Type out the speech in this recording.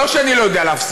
לא שאני לא יודע להפסיד,